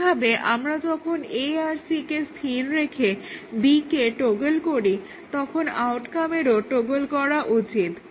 একইভাবে আমরা যখন A আর C কে স্থির রেখে B কে টগল করি তখন আউটকামেরও টগল করা উচিত